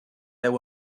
there